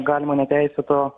galimo neteisėto